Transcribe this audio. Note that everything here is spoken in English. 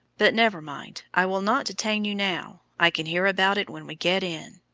but never mind i will not detain you now. i can hear about it when we get in.